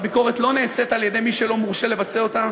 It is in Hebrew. אבל ביקורת לא נעשית על-ידי מי שלא מורשה לבצע אותה,